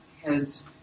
heads